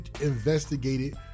investigated